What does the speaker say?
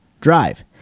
drive